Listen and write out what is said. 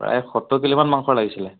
প্ৰায় সত্তৰ কিলোমান মাংসৰ লাগছিলে